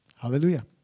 Hallelujah